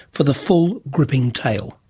for the full gripping tale.